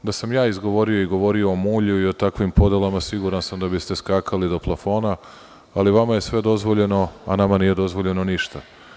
Da sam ja izgovorio i govorio o mulju i o takvim podelama, siguran sam da bi ste skakali do plafona, ali vama je sve dozvoljeno, a nama nije dozvoljeno ništa.